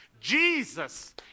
Jesus